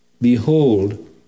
Behold